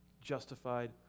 justified